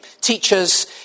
Teachers